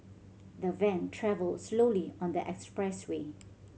the van travelled slowly on the expressway